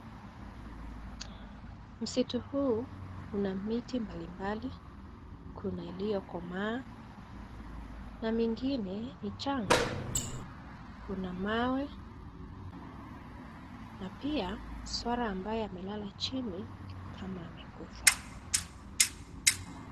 Msitu huu una miti mbali mbali kuna: iliyokomaa na mingine ni changa. Kuna mawe na pia swara ambaye amelala chini kama amekufa.